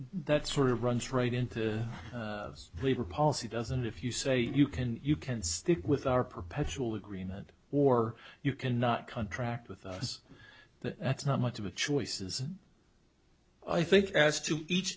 that's sort of runs right into labor policy doesn't if you say you can you can't stick with our perpetual agreement or you cannot contract with us that that's not much of a choice is i think as to each